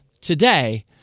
today